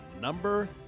number